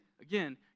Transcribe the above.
again